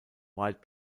white